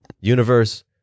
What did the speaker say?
universe